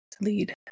lead